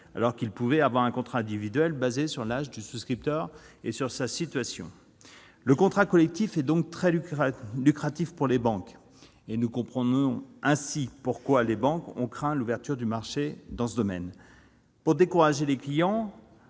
alors qu'ils pouvaient avoir un contrat individuel fondé sur l'âge des souscripteurs et sur leur situation. Le contrat collectif est donc très lucratif pour les banques. Nous comprenons pourquoi ces dernières ont craint l'ouverture du marché. Pour décourager les clients,